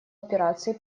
операций